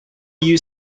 you